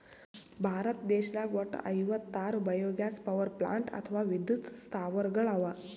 ಭಾರತ ದೇಶದಾಗ್ ವಟ್ಟ್ ಐವತ್ತಾರ್ ಬಯೊಗ್ಯಾಸ್ ಪವರ್ಪ್ಲಾಂಟ್ ಅಥವಾ ವಿದ್ಯುತ್ ಸ್ಥಾವರಗಳ್ ಅವಾ